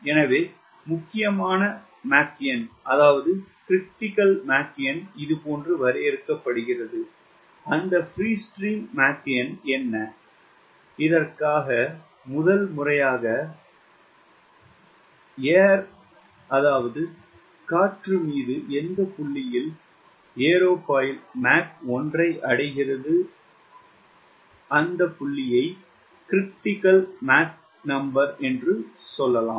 எனவே முக்கியமான மாக் எண் இதுபோன்று வரையறுக்கப்படுகிறது அந்த பிரீ ஸ்ட்ரீம் மாக் எண் என்ன இதற்காக முதல் முறையாக ஏர் மீது எந்த புள்ளியில் ஏரோஃபாயில் மேக் 1 ஐ அடைகிறது என்று சொல்லலாம்